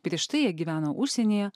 prieš tai jie gyveno užsienyje